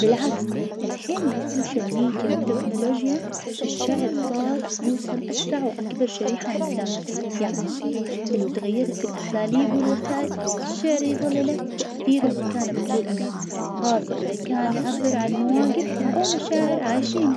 بالعكس الحين مع السوشيال ميديا والتكنولوجيا الشعر صار يوصل أسرع وأكبر شريحة من الناس يعني حتى لو تغيرت الأساليب والوسائل الشعر يظل له تأثير ومكانة بقلوب الناس خاصة إذا كان يعبر عن مواقف أو مشاعر عايشينها.